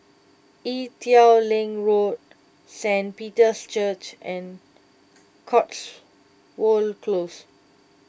Ee Teow Leng Road Saint Peter's Church and Cotswold Close